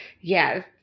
yes